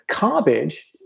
garbage